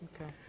Okay